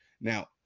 Now